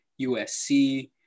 USC